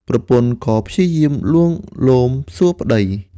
ប្រពន្ធក៏ព្យាយាមលួងលោមសួរប្ដី។